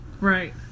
Right